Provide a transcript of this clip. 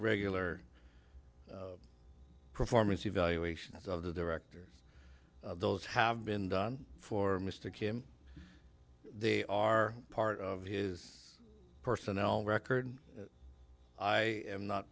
regular performance evaluations of the directors of those have been done for mr kim they are part of his personnel record i am not